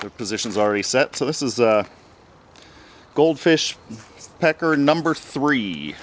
the positions already set so this is a goldfish pecker number three